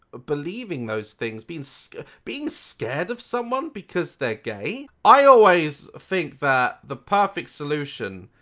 believing those things being scared being scared of someone because they're gay? i always think that the perfect solution.